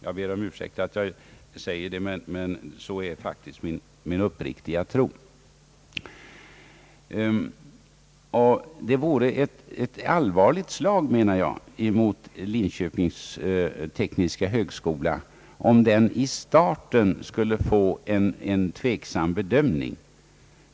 Jag ber om ursäkt att jag säger det, men sådan är faktiskt min uppriktiga tro. Jag anser att det vore ett allvarligt slag mot Linköpings tekniska högskola, om den i starten skulle få en tveksam bedömning.